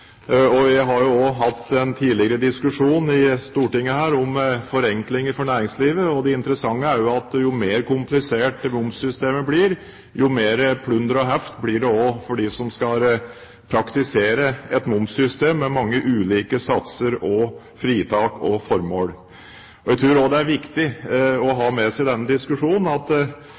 tidligere diskusjon her i Stortinget om forenklinger for næringslivet. Det interessante er at jo mer komplisert momssystemet blir, jo mer plunder og heft blir det også for dem som skal praktisere et momssystem med mange ulike satser og fritak og formål. Jeg tror også det er viktig å ha med seg denne diskusjonen, at